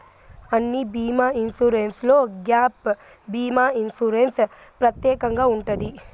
అన్ని బీమా ఇన్సూరెన్స్లో గ్యాప్ భీమా ఇన్సూరెన్స్ ప్రత్యేకంగా ఉంటది